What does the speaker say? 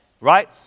right